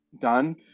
done